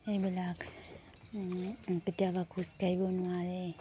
এইবিলাক কেতিয়াবা খোজ কাঢ়িব নোৱাৰে